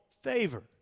favor